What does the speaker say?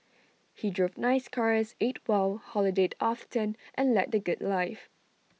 he drove nice cars ate well holidayed often and led the good life